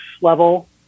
level